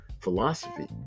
philosophy